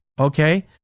okay